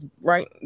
right